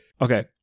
Okay